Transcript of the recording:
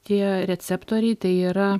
tie receptoriai tai yra